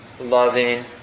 loving